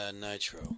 Nitro